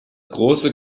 große